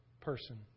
person